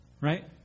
right